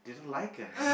like us